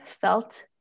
felt